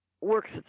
works